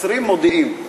כשמקצרים מודיעים.